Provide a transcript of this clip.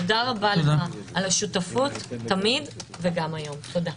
תודה רבה לך על השותפות תמיד וגם היום, תודה.